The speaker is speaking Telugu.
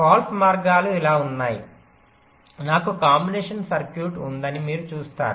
ఫాల్స్ మార్గాలు ఇలా ఉన్నాయి నాకు కాంబినేషన్ సర్క్యూట్ ఉందని మీరు చూస్తారు